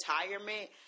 retirement